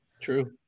True